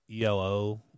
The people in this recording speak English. ELO